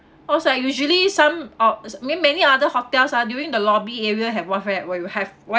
I was like usually some of I mean many other hotels ah during the lobby area have wifi will have wifi